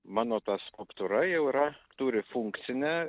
mano ta skulptūra jau yra turi funkcinę